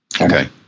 Okay